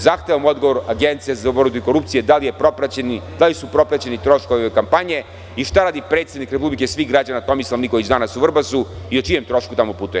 Zahtevam odgovor Agencije za borbu protiv korupcije na pitanje – da li su propraćeni troškovi kampanje i šta radi predsednik Republike i svih građana, Tomislav Nikolić, danas u Vrbasu i o čijem trošku tamo putuje?